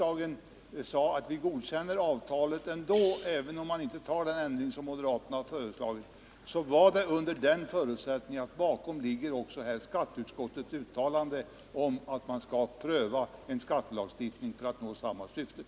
Jag vill starkt betona att när riksdagen godkände avtalet utan den ändring som moderaterna föreslagit låg bakom det ning för att nå samma syfte. Onsdagen den